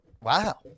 Wow